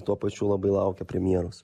tuo pačiu labai laukiu premjeros